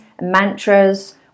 mantras